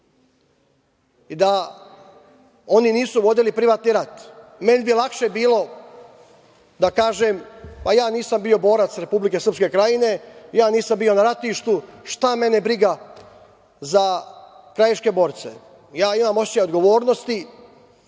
i da oni nisu vodili privatni rat. Meni bi lakše bilo da kažem - ja nisam bio borac RSK, ja nisam bio na ratištu, šta mene briga za krajiške borce. Ja imam osećaj odgovornosti